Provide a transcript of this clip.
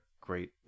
great